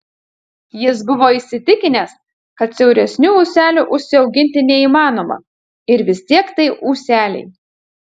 jis buvo įsitikinęs kad siauresnių ūselių užsiauginti neįmanoma ir vis tiek tai ūseliai